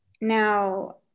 Now